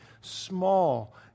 small